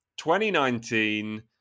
2019